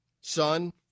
Son